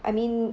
I mean